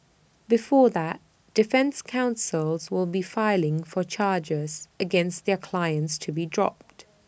before that defence counsels will be filing for charges against their clients to be dropped